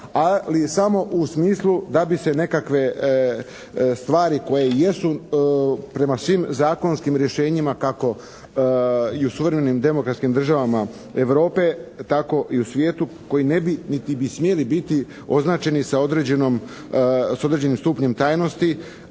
ali samo u smislu da bi se nekakve stvari koje jesu prema svim zakonskim rješenjima kako i u suvremenim demokratskim državama Europe tako i u svijetu koji ne bi, niti bi smjeli biti označeni sa određenim stupnjem tajnosti.